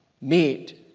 made